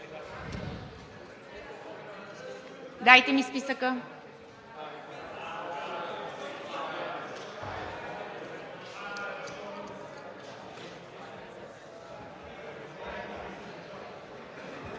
Дайте ми списъка.